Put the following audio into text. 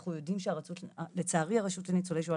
אנחנו יודעים שלצערי הרשות לניצולי שואה